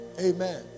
Amen